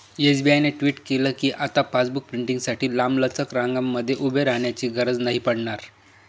SBI ने tweet केल कीआता पासबुक प्रिंटींगसाठी लांबलचक रंगांमध्ये उभे राहण्याची गरज नाही पडणार